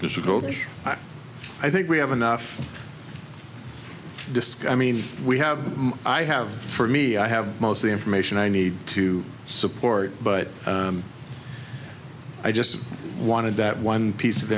there's a goldfish i think we have enough disk i mean we have i have for me i have most of the information i need to support but i just wanted that one piece